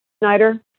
Snyder